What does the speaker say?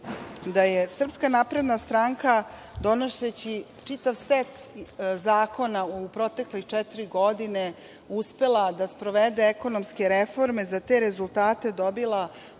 a to je, da je SNS donoseći čitav set zakona u proteklih četiri godine, uspela da sprovede ekonomske reforme, za te rezultate dobila